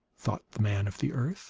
thought the man of the earth